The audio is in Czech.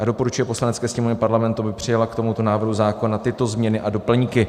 A doporučuje Poslanecké sněmovně Parlamentu, aby přijala k tomuto návrhu zákona tyto změny a doplňky.